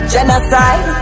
Genocide